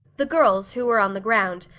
the girls who were on the ground,